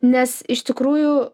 nes iš tikrųjų